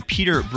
Peter